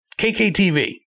KKTV